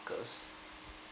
parkers